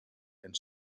and